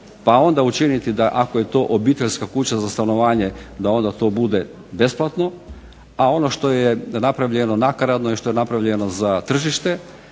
pa onda učiniti da ako je to obiteljska kuća za stanovanje da onda to bude besplatno, a ono što je napravljeno nakaradno i ono što je napravljeno za tržište